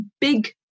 big